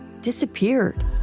disappeared